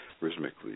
rhythmically